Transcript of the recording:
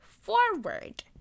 forward